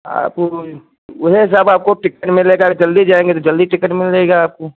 आपको उहए सब आपको टिकट मिलेगा जल्दी जाएंगे तो जल्दी टिकट मिलेगा आपको